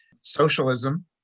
socialism